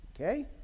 Okay